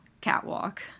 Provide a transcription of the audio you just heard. catwalk